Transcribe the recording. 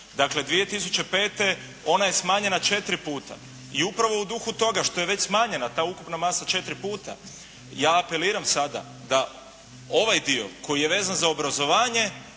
Dakle, 2005. ona je smanjena četiri puta i upravo u duhu toga što je već smanjena ta ukupna masa četiri puta, ja apeliram sada da ovaj dio koji je vezan za obrazovanje